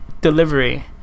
delivery